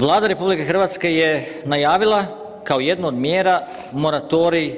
Vlada RH je najavila kao jednu od mjera moratorij